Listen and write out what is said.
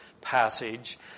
passage